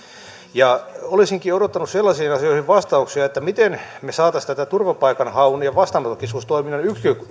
olisinkin odottanut sellaisiin asioihin vastauksia miten me saisimme näitä turvapaikanhaun ja vastaanottokeskustoiminnan